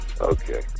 Okay